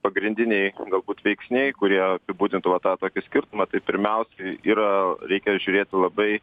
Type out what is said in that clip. pagrindiniai galbūt veiksniai kurie apibūdintų va tą tokį skirtumą tai pirmiausiai yra reikia žiūrėti labai